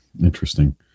interesting